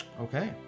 Okay